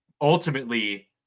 Ultimately